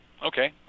Okay